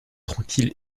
tranquille